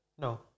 No